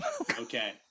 okay